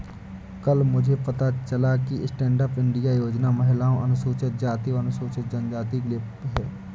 कल मुझे पता चला कि स्टैंडअप इंडिया योजना महिलाओं, अनुसूचित जाति और अनुसूचित जनजाति के लिए है